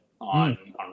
on